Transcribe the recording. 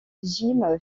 jim